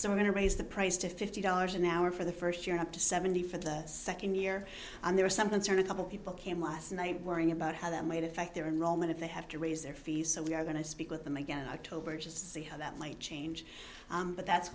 so we're going to raise the price to fifty dollars an hour for the first year up to seventy for the second year and there are some concern a couple people came last night worrying about how that might affect their in rome and if they have to raise their fees so we are going to speak with them again october to see how that might change but that's